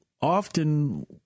often